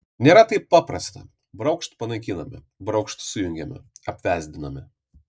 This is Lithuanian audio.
nėra taip paprasta braukšt panaikiname braukšt sujungiame apvesdiname